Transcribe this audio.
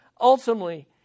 ultimately